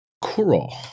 Kuro